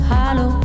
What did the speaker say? Hello